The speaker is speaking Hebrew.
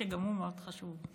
שגם הוא מאוד חשוב.